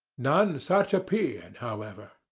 none such appeared, however.